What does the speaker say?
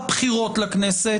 הבחירות לכנסת.